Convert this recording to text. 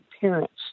parents